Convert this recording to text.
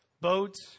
boats